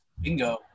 Bingo